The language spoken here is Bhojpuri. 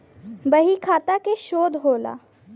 बहीखाता के शोध होला